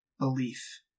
belief